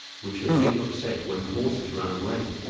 which had been upset when the horses ran away